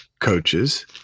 coaches